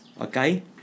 Okay